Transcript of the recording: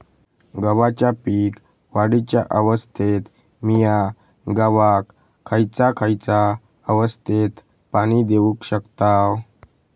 गव्हाच्या पीक वाढीच्या अवस्थेत मिया गव्हाक खैयचा खैयचा अवस्थेत पाणी देउक शकताव?